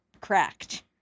cracked